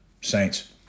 saints